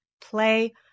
play